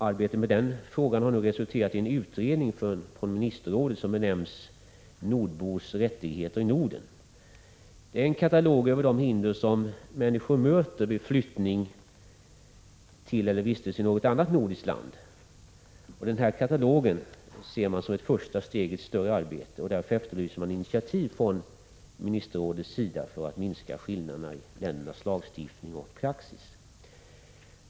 Arbetet med den frågan har resulterat i en utredning från ministerrådet som Prot. 1986/87:29 benämns Nordbors rättigheter i Norden. Det är en katalog över de hinder 19 november 1986 som människor möter vid flyttning eller vistelse i något annat nordiskt land. Jr ro oo Den här katalogen ses som ett första steg i ett större arbete, och därför efterlyses initiativ från ministerrådet för att minska skillnaderna i ländernas lagstiftning och praxis.